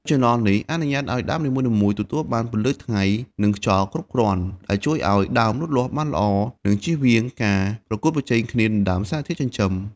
ចន្លោះនេះអនុញ្ញាតឲ្យដើមនីមួយៗទទួលបានពន្លឺថ្ងៃ និងខ្យល់គ្រប់គ្រាន់ ដែលជួយឲ្យដើមលូតលាស់បានល្អ និងចៀសវាងការប្រកួតប្រជែងគ្នាដណ្ដើមសារធាតុចិញ្ចឹម។